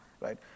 right